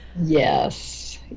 Yes